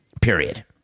period